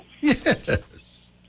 Yes